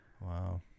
Wow